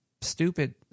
stupid